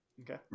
Okay